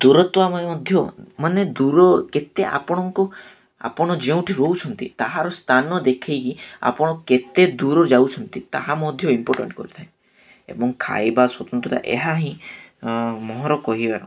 ଦୂରତ୍ୱ ମଧ୍ୟ ମାନେ ଦୂର କେତେ ଆପଣଙ୍କୁ ଆପଣ ଯେଉଁଠି ରହୁଛନ୍ତି ତାହାର ସ୍ଥାନ ଦେଖେଇକି ଆପଣ କେତେ ଦୂର ଯାଉଛନ୍ତି ତାହା ମଧ୍ୟ ଇମ୍ପୋଟେଣ୍ଟ କରିଥାଏ ଏବଂ ଖାଇବା ସ୍ୱତନ୍ତ୍ରତା ଏହା ହିଁ ମୋର କହିବାର